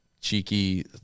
cheeky